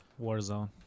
warzone